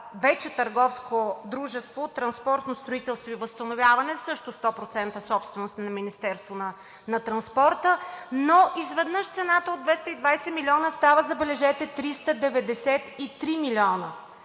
вече Търговско дружество „Транспортно строителство и възстановяване“ (ТСВ) – също 100% собственост на Министерството на транспорта. Но изведнъж цената от 220 милиона става, забележете, 393 милиона,